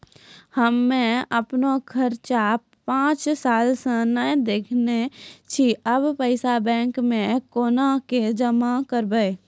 हम्मे आपन कर्जा पांच साल से न देने छी अब पैसा बैंक मे कोना के जमा करबै?